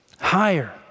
Higher